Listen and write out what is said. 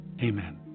Amen